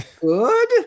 Good